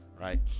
right